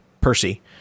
Percy